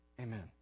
Amen